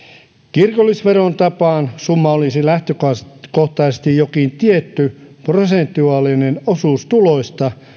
kirkollisveron tapaan summa olisi lähtökohtaisesti jokin tietty prosentuaalinen osuus tuloista